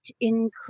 include